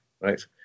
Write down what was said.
right